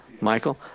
Michael